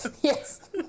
Yes